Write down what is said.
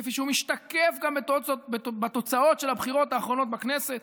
כפי שמשתקף גם בתוצאות של הבחירות האחרונות בכנסת,